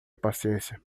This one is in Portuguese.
paciência